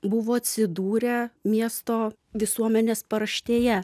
buvo atsidūrę miesto visuomenės paraštėje